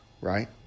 Right